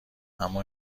اما